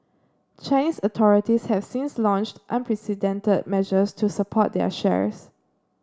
Chinese authorities have since launched unprecedented measures to support their shares